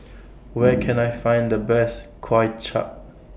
Where Can I Find The Best Kuay Chap